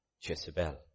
Jezebel